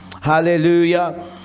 hallelujah